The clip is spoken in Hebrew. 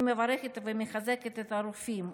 אני מברכת ומחזקת את הרופאים,